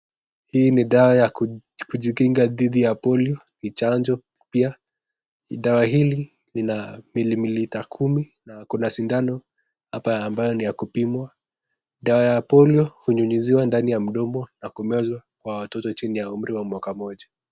Hii ni dawa ya kujikinga dhidi ya Polio ni chanjo pia. Dawa hili lina milimita kuma na kuna sindano hapa ambayo ni ya kupimwa. Dawa ya Polio unyunyiziwa ndani ya mdomo na kumezwa kwa watoto chini ya umri wa mwaka mmoja.